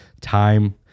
time